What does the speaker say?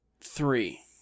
three